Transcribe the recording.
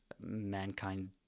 mankind